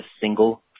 single